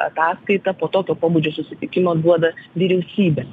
ataskaitą po tokio pobūdžio susitikimo duoda vyriausybė